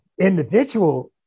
individual